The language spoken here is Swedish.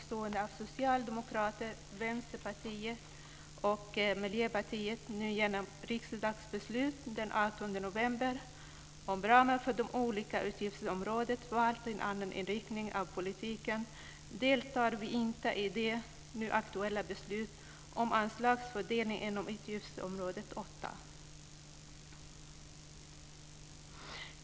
Socialdemokraterna, Vänsterpartiet och Miljöpartiet, genom riksdagsbeslut den 18 november om ramen för de olika utgiftsområdena valde en annan inriktning av politiken deltar vi inte i det nu aktuella beslutet om anslagsfördelningen inom utgiftsområde 8.